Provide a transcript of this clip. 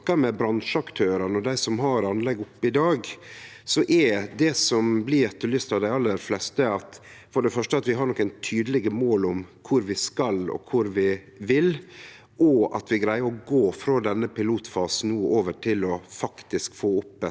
med bransjeaktørane og dei som har anlegg oppe i dag, er det som blir etterlyst av dei aller fleste, for det første at vi har nokre tydelege mål om kor vi skal og kor vi vil, og at vi greier å gå frå denne pilotfasen og over til faktisk å få opp ei